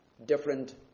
different